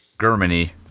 Germany